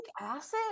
acid